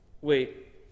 Wait